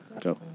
Go